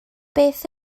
beth